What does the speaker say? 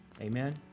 Amen